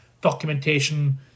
documentation